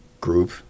group